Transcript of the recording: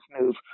move